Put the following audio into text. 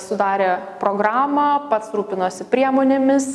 sudarė programą pats rūpinosi priemonėmis